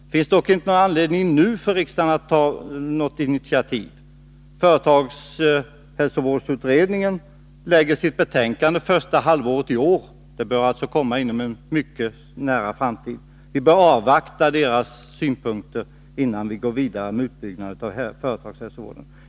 Det finns dock inte någon anledning för riksdagen att nu ta initiativ. Företagshälsovårdsutredningen lägger fram sitt betänkande under första halvåret — det bör alltså komma inom en mycket nära framtid. Vi bör avvakta utredningens synpunkter innan vi går vidare med utbyggnaden av företagshälsovården.